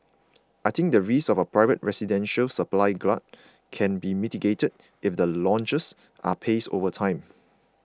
I think the risk of a private residential supply glut can be mitigated if the launches are paced over time